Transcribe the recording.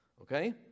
okay